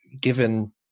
given